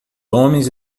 homens